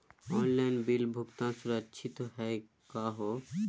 Online bill भुगतान सुरक्षित हई का हो?